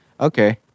Okay